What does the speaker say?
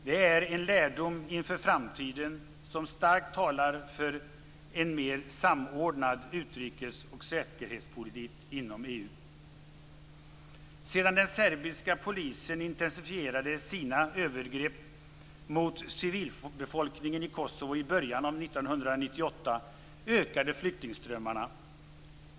Det är en lärdom inför framtiden som starkt talar för en mer samordnad utrikes och säkerhetspolitik inom Sedan den serbiska polisen intensifierade sina övergrepp mot civilbefolkningen i Kosovo i början av 1998 ökade flyktingströmmarna.